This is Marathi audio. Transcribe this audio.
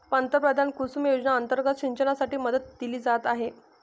पंतप्रधान कुसुम योजना अंतर्गत सिंचनासाठी मदत दिली जात आहे